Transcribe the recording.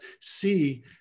see